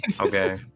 Okay